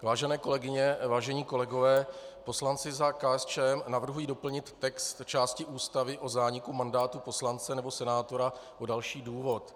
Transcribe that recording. Vážené kolegyně, vážení kolegové, poslanci za KSČM navrhují doplnit text části Ústavy o zániku mandátu poslance nebo senátora o další důvod.